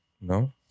no